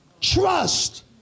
trust